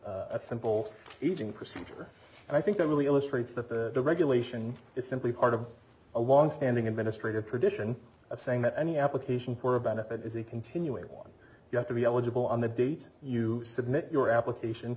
versus a simple eating procedure and i think that really illustrates that the regulation is simply part of a longstanding administrative tradition of saying that any application for a benefit is a continuing on you have to be eligible on the date you submit your application